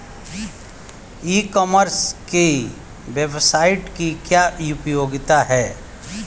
ई commerce की website की क्या उपयोगिता है?